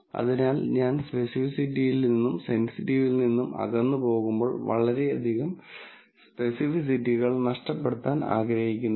അതിനാൽ ഞാൻ സെൻസിറ്റിവിറ്റിയിൽ നിന്ന് അകന്നുപോകുമ്പോൾ വളരെയധികം സ്പെസിഫിസിറ്റികൾ നഷ്ടപ്പെടുത്താൻ ഞാൻ ആഗ്രഹിക്കുന്നില്ല